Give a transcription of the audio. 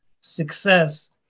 success